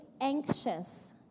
anxious